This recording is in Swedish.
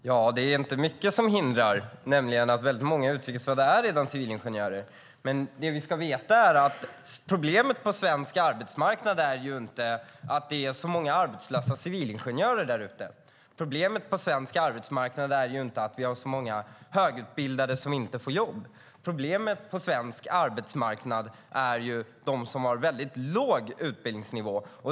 Herr talman! Det är inte mycket som hindrar, men väldigt många utrikesfödda är redan civilingenjörer. Det vi ska veta är att problemet på svensk arbetsmarknad inte är att det är många arbetslösa civilingenjörer där ute. Problemet på svensk arbetsmarknad är inte att vi har många högutbildade som inte får jobb. Problemet på svensk arbetsmarknad är ju de som har väldigt låg utbildningsnivå.